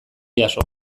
jaso